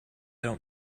don’t